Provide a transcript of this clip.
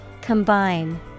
Combine